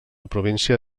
província